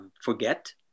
forget